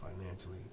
financially